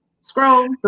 Scroll